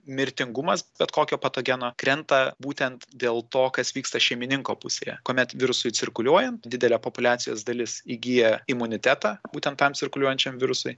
mirtingumas bet kokio patogeno krenta būtent dėl to kas vyksta šeimininko pusėje kuomet virusui cirkuliuojant didelė populiacijos dalis įgyja imunitetą būtent tam cirkuliuojančiam virusui